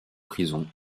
prison